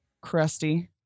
Crusty